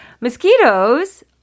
Mosquitoes